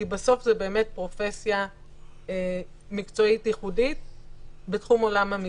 כי זו באמת פרופסיה מקצועית ייחודית בתחום עולם המשפט.